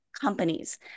companies